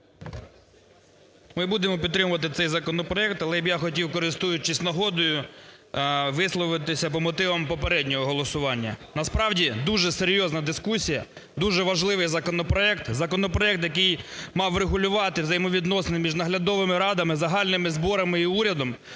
Ми будемо підтримувати цей законопроект, але я хотів би, користуючись нагодою, висловитися по мотивам попереднього голосування. Насправді, дуже серйозна дискусія, дуже важливий законопроект, законопроект, який мав регулювати взаємовідносини між наглядовими радами, загальними зборами і урядом,